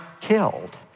killed